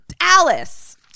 Alice